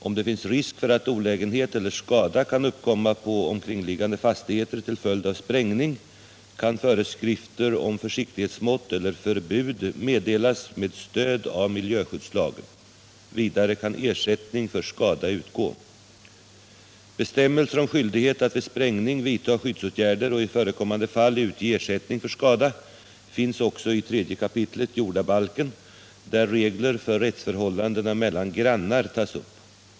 Om det finns risk för att olägenhet eller skada kan uppkomma på omkringliggande fastigheter till följd av sprängning, kan föreskrifter om försiktighetsmått eller förbud meddelas med stöd av miljöskyddslagen. Vidare kan ersättning för skada utgå. Bestämmelser om skyldighet att vid sprängning vidta skyddsåtgärder och i förekommande fall utge ersättning för skada finns också i 3 kap. jordabalken, där regler för rättsförhållanden mellan grannar tas upp.